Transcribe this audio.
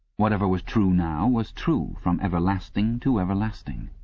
whatever was true now was true from everlasting to everlasting.